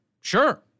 sure